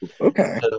Okay